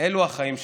אלו החיים שלנו.